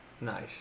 Nice